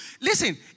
Listen